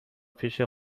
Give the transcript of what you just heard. پیش